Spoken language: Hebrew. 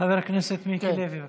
חבר הכנסת מיקי לוי.